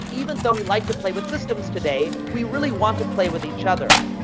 even though we like to play with systems today, we really want to play with each other,